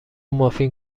مافین